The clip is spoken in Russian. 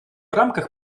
рамках